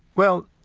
well,